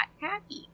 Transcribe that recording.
happy